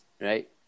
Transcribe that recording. Right